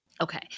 Okay